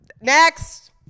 Next